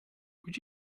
would